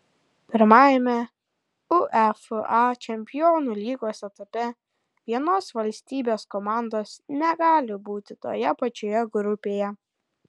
pirmajame uefa čempionų lygos etape vienos valstybės komandos negali būti toje pačioje grupėje